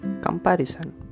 Comparison